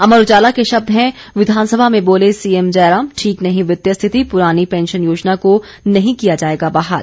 अमर उजाला के शब्द हैं विघानसभा में बोले सीएम जयराम ठीक नहीं वित्तीय स्थिति पुरानी पेंशन योजना को नहीं किया जाएगा बहाल